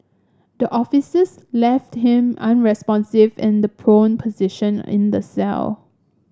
the officers left him unresponsive in the prone position in the cell